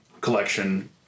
collection